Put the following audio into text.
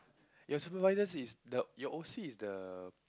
your supervisor is the your O_C is the